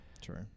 true